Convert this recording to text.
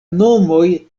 nomoj